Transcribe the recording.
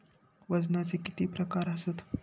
वजनाचे किती प्रकार आसत?